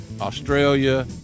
Australia